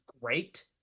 great